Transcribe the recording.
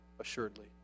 assuredly